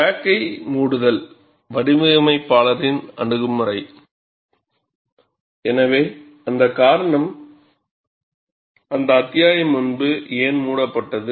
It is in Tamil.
கிராக்கை மூடுதல் வடிவமைப்பாளரின் அணுகுமுறை எனவே அந்த காரணம் அந்த அத்தியாயம் முன்பு ஏன் மூடப்பட்டது